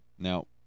Now